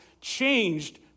changed